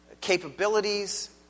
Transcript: capabilities